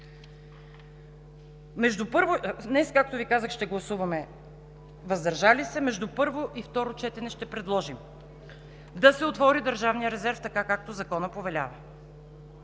Днес, както Ви казах, ще гласуваме въздържали се, а между първо и второ четене ще предложим да се отвори държавният резерв, така както Законът повелява;